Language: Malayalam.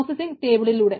പ്രോസസിംഗ് ടെബിളിലൂടെ